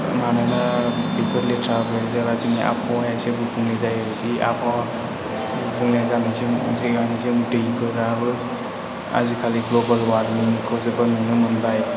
मानोना बेफोर लेथ्रा दाखोरा जोंनि आबहावा एसे गुबुंले जायो दि आबहावा गुबुंले जानायसिम जानायजों दैफोराबो आजिखालि ग्लबेल वार्मिंफोरखौ जोबोद नुनो मोनबाय